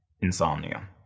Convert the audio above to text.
insomnia